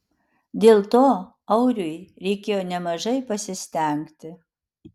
dėl to auriui reikėjo nemažai pasistengti